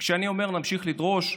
וכשאני אומר להמשיך לדרוש,